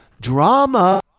Drama